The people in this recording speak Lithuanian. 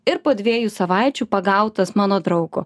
ir po dviejų savaičių pagautas mano draugo